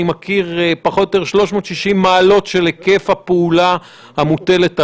אני מכיר פחות או יותר 360 מעלות של היקף הפעולה המוטלת עליו.